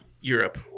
europe